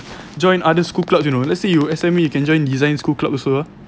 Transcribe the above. join other school clubs you know let's say you S_M_E you can join design school club also